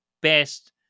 best